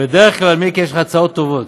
בדרך כלל, מיקי, יש לך הצעות טובות.